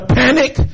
panic